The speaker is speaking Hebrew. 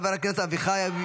קארין נוכחת.